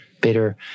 bitter